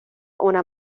una